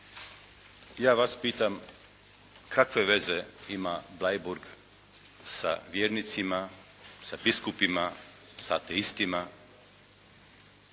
ja vas pitam kakve veze ima Bleiburg sa vjernicima, sa biskupima, s ateistima?